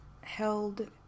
held